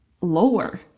lower